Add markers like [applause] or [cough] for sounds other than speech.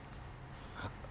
[noise]